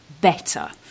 better